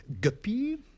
Guppy